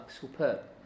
superb